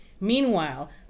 Meanwhile